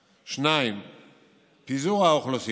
2. פיזור האוכלוסין,